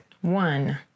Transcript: One